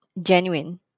Genuine